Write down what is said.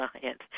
science